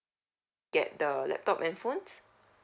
get the laptop and phones